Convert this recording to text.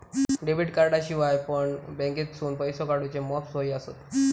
debit कार्डाशिवाय पण बँकेतसून पैसो काढूचे मॉप सोयी आसत